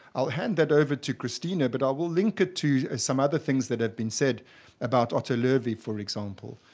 i'll hand that over to cristina, but i will link it to some other things that have been said about otto loewi, for example.